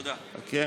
תודה.